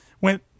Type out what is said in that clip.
went